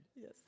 Yes